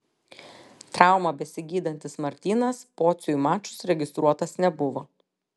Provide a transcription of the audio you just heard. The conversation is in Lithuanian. traumą besigydantis martynas pociui mačus registruotas nebuvo